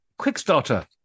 QuickStarter